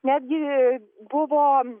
netgi buvo